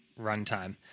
runtime